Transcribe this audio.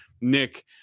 Nick